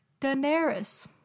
daenerys